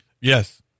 Yes